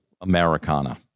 Americana